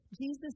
Jesus